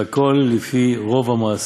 והכול לפי רוב המעשה.